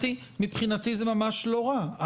מבחינתי זה ממש לא רע.